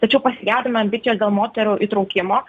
tačiau pasigedome ambicijos dėl moterų įtraukimo